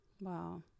Wow